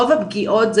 רוב הפגיעות,